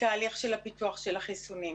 בתהליך של פיתוח החיסונים.